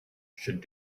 should